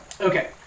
Okay